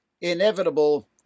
inevitable